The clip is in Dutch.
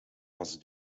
was